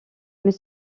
mais